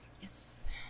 Yes